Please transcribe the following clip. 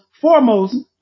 foremost